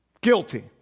guilty